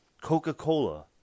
Coca-Cola